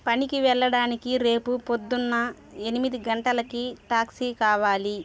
పనికి వెళ్ళడానికి రేపు పొద్దున్న ఎనిమిది గంటలకి ట్యాక్సీ కావాలి